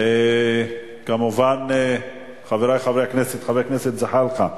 חבר הכנסת זחאלקה,